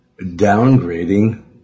downgrading